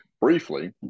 briefly